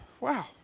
wow